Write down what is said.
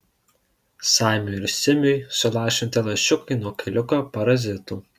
samiui ir simiui sulašinti lašiukai nuo kailiuko parazitų